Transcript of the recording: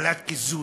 לקבלת קיזוז.